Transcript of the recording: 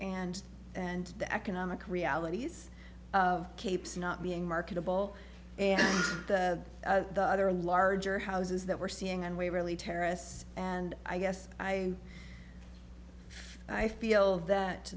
and and the economic realities of capes not being marketable and the other larger houses that we're seeing and we really terrorists and i guess i i feel that